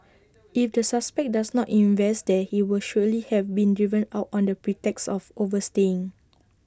if the suspect does not invest there he would surely have been driven out on the pretext of overstaying